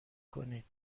کنید